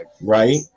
Right